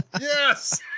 Yes